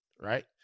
Right